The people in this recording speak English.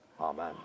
amen